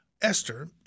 Esther